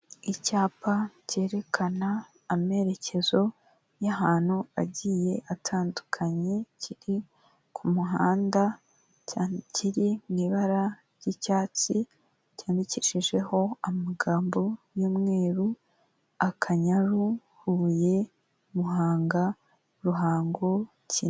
Icyapa cyerekana amerekezo y'ahantu agiye atandukanye kiri ku muhanda kiri mu ibara ry'icyatsi, cyandikishijeho amagambo y'umweru Akanyaru, Huye, Muhanga, Ruhango...